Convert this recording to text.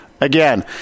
Again